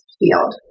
field